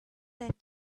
that